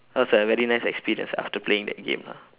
it was a very nice experience after playing that game lah